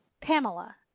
Pamela